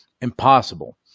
Impossible